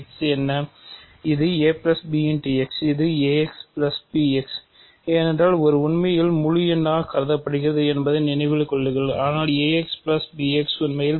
x இது axbx ஏனென்றால் ஒரு உண்மையில் ஒரு முழு எண்ணாக கருதப்படுகிறது என்பதை நினைவில் கொள்ளுங்கள் ஆனால் ax bx உண்மையில்